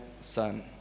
son